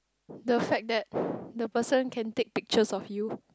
the fact that the person can take pictures of you